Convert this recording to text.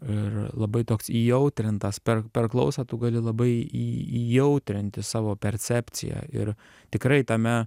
ir labai toks įjautrintas per per klausą tu gali labai į įjautrinti savo percepciją ir tikrai tame